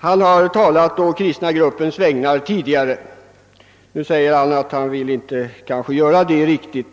Han har talat å den kristna gruppens vägnar tidigare, men nu säger han att han kanske inte vill göra detta.